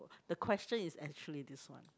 the question is actually this one